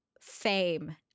fame